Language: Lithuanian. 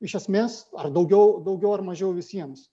iš esmės ar daugiau daugiau ar mažiau visiems